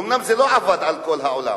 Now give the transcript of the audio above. אומנם זה לא עבד על כל העולם,